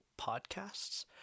Podcasts